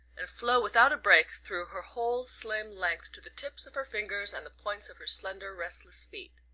and flow without a break through her whole slim length to the tips of her fingers and the points of her slender restless feet.